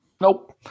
nope